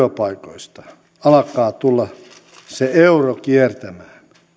työpaikoista alkaa tulla se euro kiertämään